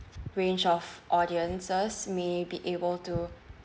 range of audiences may be able to